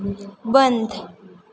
બંધ